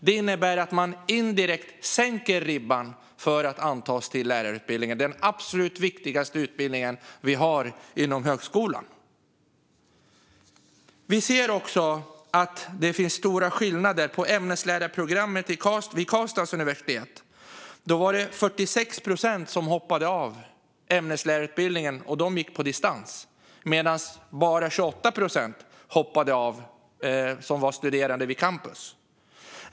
Det innebär att man indirekt sänker ribban för att antas till lärarutbildningen, den absolut viktigaste utbildningen vi har inom högskolan. Vi ser också att det finns stora skillnader. På ämneslärarprogrammet vid Karlstads universitet hoppade 46 procent av de som gick ämneslärarutbildningen på distans av, medan "bara" 28 procent av de som studerade på campus hoppade av.